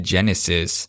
Genesis